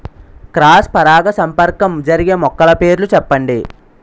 Cross పరాగసంపర్కం జరిగే మొక్కల పేర్లు చెప్పండి?